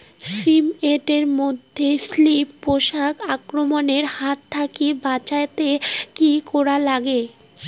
শিম এট মধ্যে থ্রিপ্স পোকার আক্রমণের হাত থাকি বাঁচাইতে কি করা লাগে?